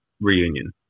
reunion